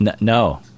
No